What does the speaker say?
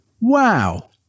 wow